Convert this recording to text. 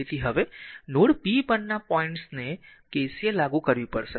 તેથી હવે node p પરના પોઈન્ટએ KCL લાગુ કરવી પડશે